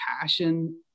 passion